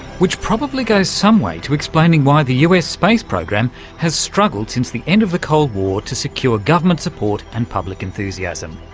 which probably goes some way to explaining why the us space program has struggled since the end of the cold war to secure government support and public enthusiasm.